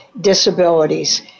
disabilities